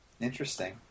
Interesting